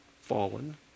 fallen